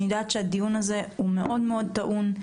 אני יודעת שהדיון הזה מאוד מאוד טעון.